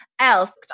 else